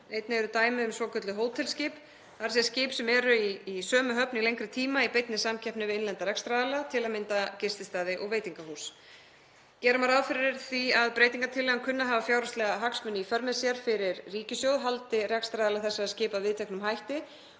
Einnig eru dæmi um svokölluð hótelskip, skip sem eru í sömu höfn í lengri tíma í beinni samkeppni við innlenda rekstraraðila, til að mynda gististaði og veitingahús. Gera má ráð fyrir því að breytingartillagan kunni að hafa fjárhagslega hagsmuni í för með sér fyrir ríkissjóð haldi rekstraraðilar þessara skipa viðteknum hætti